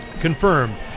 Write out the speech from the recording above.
Confirmed